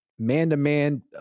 man-to-man